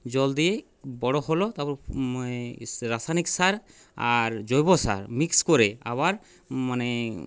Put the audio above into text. জল দিয়ে বড় হল তারপর রাসায়নিক সার আর জৈব সার মিক্স করে আবার মানে